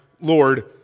Lord